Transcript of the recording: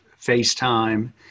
FaceTime